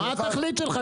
מה התכלית שלך?